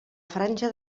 granja